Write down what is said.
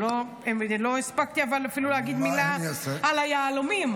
לא הספקתי אפילו להגיד מילה על היהלומים.